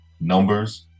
numbers